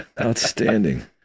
Outstanding